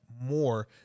more